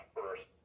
first